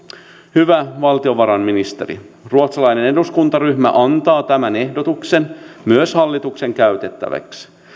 hyvä valtiovarainministeri ruotsalainen eduskuntaryhmä antaa tämän ehdotuksen myös hallituksen käytettäväksi